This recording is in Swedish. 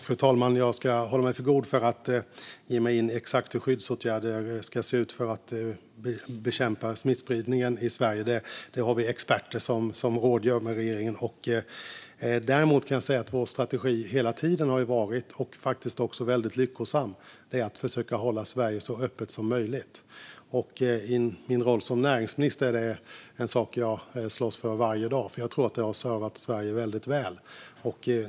Fru talman! Jag ska hålla mig för god för att ge mig in i exakt hur skyddsåtgärder ska se ut för att bekämpa smittspridningen i Sverige. Det har vi experter som rådgör med regeringen om. Däremot kan jag säga att vår faktiskt väldigt lyckosamma strategi hela tiden har varit att försöka hålla Sverige så öppet som möjligt. I min roll som näringsminister är det en sak jag slåss för varje dag, för jag tror att det har tjänat Sverige väldigt väl.